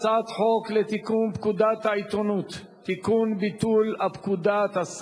הצעת חוק לתיקון פקודת העיתונות (ביטול הפקודה),